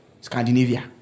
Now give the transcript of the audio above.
Scandinavia